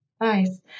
Nice